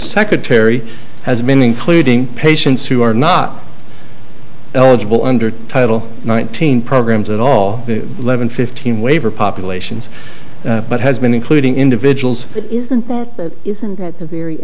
secretary has been including patients who are not eligible under title nineteen programs at all the eleven fifteen waiver populations but has been including individuals isn't that isn't